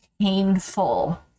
painful